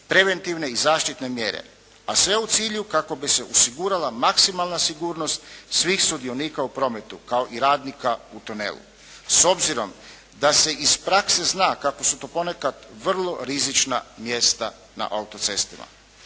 preventivne i zaštitne mjere a sve u cilju kako bi se osigurala maksimalna sigurnost svih sudionika u prometu kao i radnika u tunelu s obzirom da se iz prakse zna kako su to ponekad vrlo rizična mjesta na autocestama.